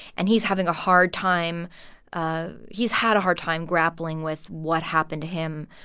and he's having a hard time ah he's had a hard time grappling with what happened to him,